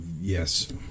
Yes